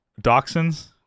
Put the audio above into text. dachshunds